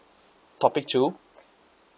topic two